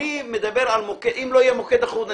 אם לא יהיה מוקד אחוד,